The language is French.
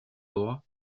droit